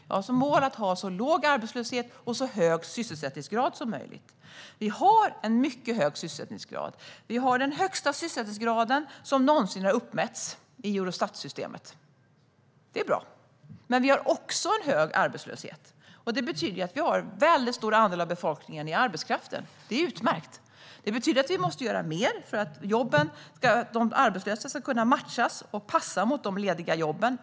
Jag har som mål att ha så låg arbetslöshet och så hög sysselsättningsgrad som möjligt. Vi har en mycket hög sysselsättningsgrad. Vi har den högsta sysselsättningsgraden som någonsin har uppmätts i Eurostatsystemet - det är bra. Men vi har också en hög arbetslöshet. Det betyder att vi har en väldigt stor andel av befolkningen i arbetskraften. Det är utmärkt. Det betyder att vi måste göra mer för att de arbetslösa ska kunna matchas med och passa de lediga jobben.